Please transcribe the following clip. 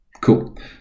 cool